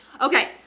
Okay